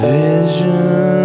vision